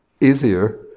easier